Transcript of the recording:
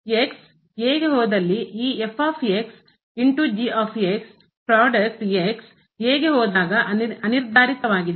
a ಗೆ ಹೋದಲ್ಲಿ ಈ into product ಉತ್ಪನ್ನವು a ಗೆ ಹೋದಾಗ ಅನಿರ್ಧಾರಿತವಾಗಿದೆ